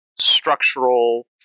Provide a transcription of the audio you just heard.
structural